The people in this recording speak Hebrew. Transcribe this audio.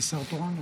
מי השר התורן?